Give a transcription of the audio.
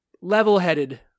level-headed